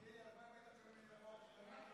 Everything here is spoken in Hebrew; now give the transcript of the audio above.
סעיפים 1 11 נתקבלו.